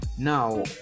Now